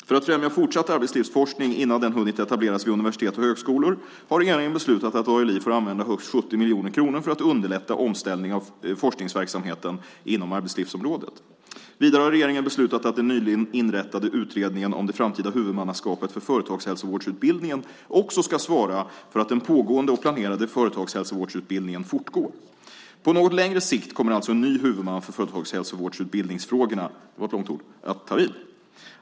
För att främja fortsatt arbetslivsforskning innan den hunnit etableras vid universitet och högskolor har regeringen beslutat att ALI får använda högst 70 miljoner kronor för att underlätta omställning av forskningsverksamheten inom arbetslivsområdet. Vidare har regeringen beslutat att den nyligen inrättade utredningen om det framtida huvudmannaskapet för företagshälsovårdsutbildningen också ska svara för att den pågående och planerade företagshälsovårdsutbildningen fortgår. På något längre sikt kommer alltså en ny huvudman för företagshälsovårdsutbildningsfrågorna att ta vid.